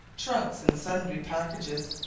trunks, and sundry packages,